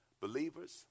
Believers